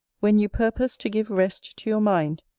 when you purpose to give rest to your mind,